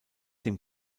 dem